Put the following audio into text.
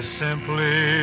simply